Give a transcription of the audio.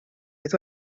oedd